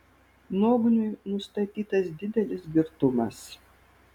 nogniui nustatytas didelis girtumas